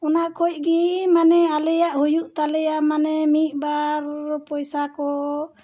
ᱚᱱᱟ ᱠᱷᱚᱱ ᱜᱮ ᱢᱟᱱᱮ ᱟᱞᱮᱭᱟᱜ ᱦᱩᱭᱩᱜ ᱛᱟᱞᱮᱭᱟ ᱢᱟᱱᱮ ᱢᱤᱫ ᱵᱟᱨ ᱯᱚᱭᱥᱟ ᱠᱚ